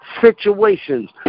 situations